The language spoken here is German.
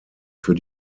für